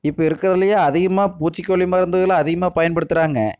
இப்போ இருக்கிறதுலயே அதிகமாக பூச்சிக்கொல்லி மருந்துகளை அதிகமாக பயன்படுத்துறாங்க